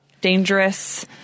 dangerous